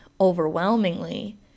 overwhelmingly